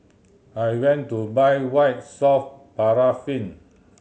I went to buy White Soft Paraffin